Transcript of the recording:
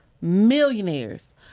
Millionaires